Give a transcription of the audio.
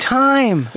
time